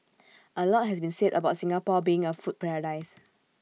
A lot has been said about Singapore being A food paradise